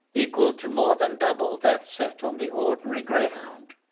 equal to more than double that set on the ordinary greyhound.